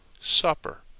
supper